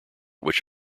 which